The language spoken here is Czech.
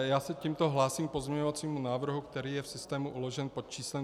Já se tímto hlásím k pozměňovacímu návrhu, který je v systému uložen pod číslem 3378.